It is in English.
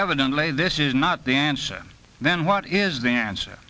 evidently this is not the answer then what is the answer